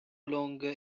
longer